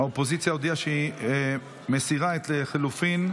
האופוזיציה הודיעה שהיא מסירה את 7 לחלופין.